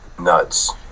nuts